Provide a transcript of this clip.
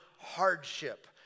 hardship